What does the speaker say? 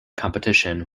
competition